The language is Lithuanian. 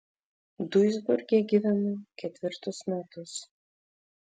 duisburge gyvenu ketvirtus metus